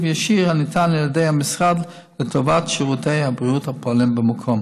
ישיר הניתן על ידי המשרד לטובת שירותי הבריאות הפועלים במקום.